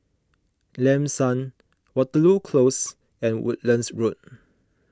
Lam San Waterloo Close and Woodlands Road